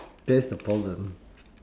that's the problem